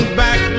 back